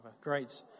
Great